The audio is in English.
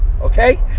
okay